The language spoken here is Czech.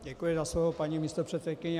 Děkuji za slovo, paní místopředsedkyně.